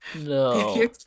No